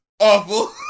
awful